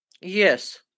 Yes